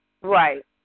right